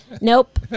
Nope